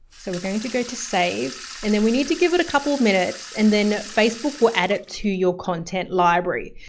so we're going to go to save and then we need to give it a couple of minutes and then facebook will add it to your content library.